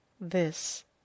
This